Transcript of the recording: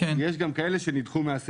עליהם את הדעת.